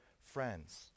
friends